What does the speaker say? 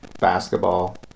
basketball